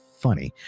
funny